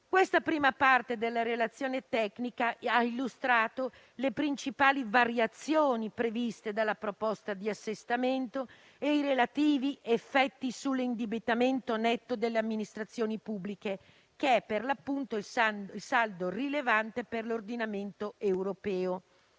La prima parte della relazione tecnica illustra le principali variazioni previste dalla proposta di assestamento e i relativi effetti sull'indebitamento netto delle amministrazioni pubbliche, che è, per l'appunto, il saldo rilevante per l'ordinamento europeo.